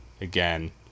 again